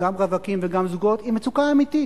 גם רווקים וגם זוגות, היא מצוקה אמיתית,